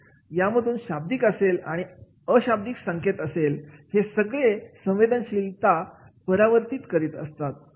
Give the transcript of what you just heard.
यामधून शाब्दिक असेल किंवा अशाब्दिक संख्येत असतील हे सगळे संवेदनशीलतेचे परावर्तन करीत असतात